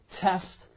test